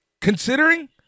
Considering